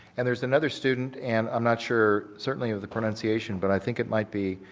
and there's another student and i'm not sure certainly of the pronunciation but i think it might be,